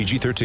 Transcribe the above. PG-13